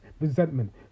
resentment